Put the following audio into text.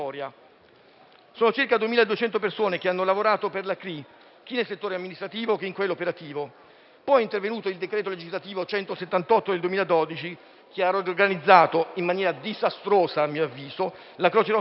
Sono circa 2.200 persone che hanno lavorato per la CRI, chi nel settore amministrativo chi in quello operativo; poi è intervenuto il decreto legislativo n. 178 del 2012, che a mio avviso ha riorganizzato in maniera disastrosa la Croce Rossa italiana,